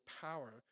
power